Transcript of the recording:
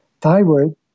thyroid